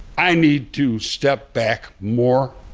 i need to step back more.